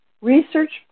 research